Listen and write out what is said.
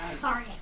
Sorry